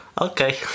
Okay